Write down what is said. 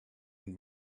and